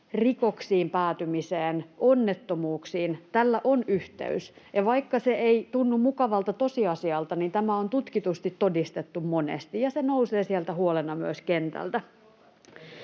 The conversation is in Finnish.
rahoitus vai ei?] Tällä on yhteys, ja vaikka se ei tunnu mukavalta tosiasialta, niin tämä on tutkitusti todistettu monesti, ja se nousee huolena myös kentältä.